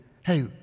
hey